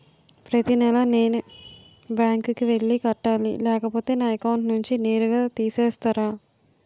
ప్రతి నెల నేనే బ్యాంక్ కి వెళ్లి కట్టాలి లేకపోతే నా అకౌంట్ నుంచి నేరుగా తీసేస్తర?